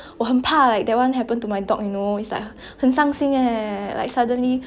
我很怕 like that one happened to my dog you know is like 很伤心 leh like suddenly